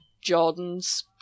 Jordan's